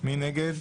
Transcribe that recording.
פה אחד ההצעה